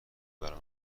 برای